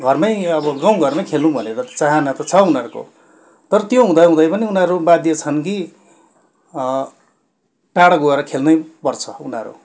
घरमै अब गाउँ घरमै खेलौँ भनेर त चाहना त छ उनीहरूको तर त्यो हुँदाहुँदै पनि उनीहरू बाध्य छन् कि टाढो गएर खेल्नै पर्छ उनीहरू